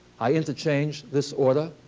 i interchange this order.